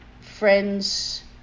friends